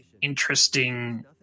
interesting